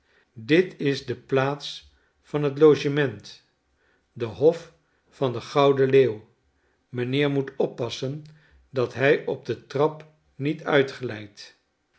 dit is de plaats van het logement de hof van den gouden leeuw mijnheer moet oppassen dat hij op de trap niet